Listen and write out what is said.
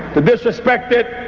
the disrespected,